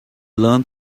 learned